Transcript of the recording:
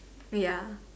ya